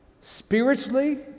spiritually